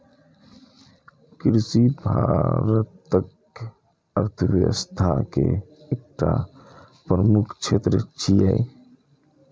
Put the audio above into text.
कृषि भारतक अर्थव्यवस्था के एकटा प्रमुख क्षेत्र छियै